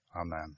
Amen